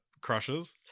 crushes